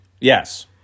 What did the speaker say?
Yes